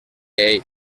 ell